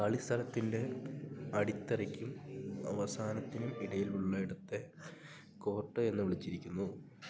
കളിസ്ഥലത്തിൻ്റെ അടിത്തറയ്ക്കും അവസാനത്തിനും ഇടയിലുള്ള ഇടത്തെ കോർട്ട് എന്ന് വിളിച്ചിരിക്കുന്നു